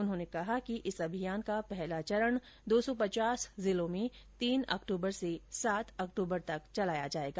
उन्होंने कहा कि इस अभियान का पहला चरण दो सौ पचास जिलों में तीन अक्टूबर से सात अक्टूबर तक चलाया जाएगा